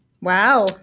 Wow